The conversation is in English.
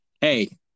hey